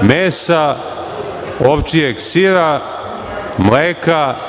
mesa, ovčjeg sira, mleka